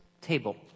table